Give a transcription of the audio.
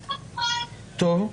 טוב,